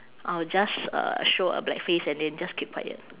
I'll just uh show a black face and then just keep quiet